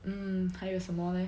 mmhmm 还有什么 leh